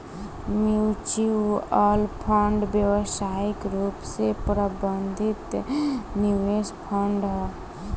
mutual fund व्यावसायिक रूप से प्रबंधित निवेश फंड ह